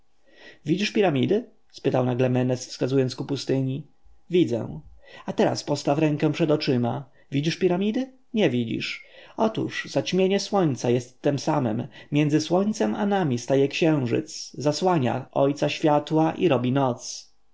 widzisz piramidy spytał nagle menes wskazując ku pustyni widzę a teraz postaw rękę przed oczyma widzisz piramidy nie widzisz otóż zaćmienie słońca jest tem samem między słońcem a nami staje księżyc zasłania ojca światła i robi noc